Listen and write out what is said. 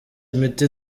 imiti